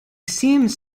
seems